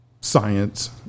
science